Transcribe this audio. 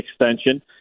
extension